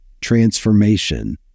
Transformation